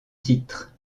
titre